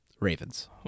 Ravens